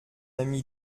ami